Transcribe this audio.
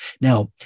Now